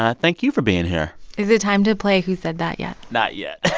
ah thank you for being here is it time to play who said that yet? not yet.